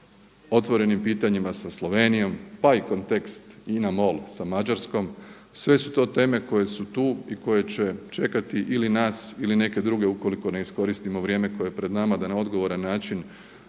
otvorenim pitanjima sa Slovenijom pa i kontekst INA-MOL sa Mađarskom. Sve su to teme koje su tu i koje će čekati ili nas ili neke druge ukoliko ne iskoristimo vrijeme koje je pred nama da na odgovoran način